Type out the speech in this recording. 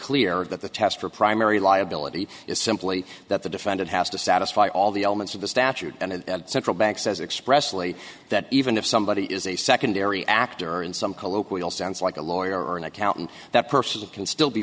clear that the test for primary liability is simply that the defendant has to satisfy all the elements of the statute and central bank says expressly that even if somebody is a secondary actor in some colloquial sounds like a lawyer or an accountant that person can still be